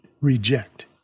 reject